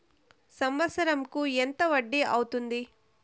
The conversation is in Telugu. సంవత్సరం కు వడ్డీ ఎంత అవుతుంది?